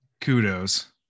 Kudos